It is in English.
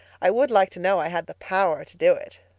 i would like to know i had the power to do it.